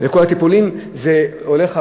לכל הטיפולים הולך ההורה,